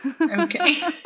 Okay